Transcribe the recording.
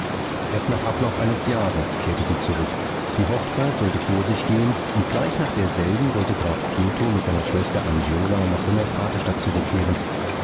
erst nach ablauf eines jahres kehrte sie zurück die hochzeit sollte vor sich gehen und gleich nach derselben wollte graf pietro mit seiner schwester angiola nach seiner vaterstadt zurückkehren